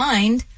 Mind